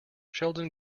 sheldon